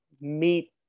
meet